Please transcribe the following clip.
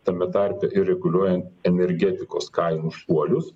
tame tarpe ir reguliuojan energetikos kainų šuolius